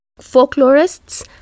folklorists